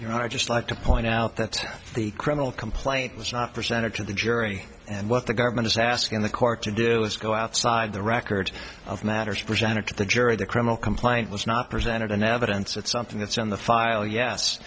are just like to point out that the criminal complaint was not presented to the jury and what the government is asking the court to do is go outside the records of matters presented to the jury the criminal complaint was not presented an evidence it's something that's in the file yes